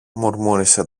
μουρμούρισε